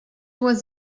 was